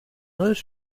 lose